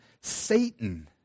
Satan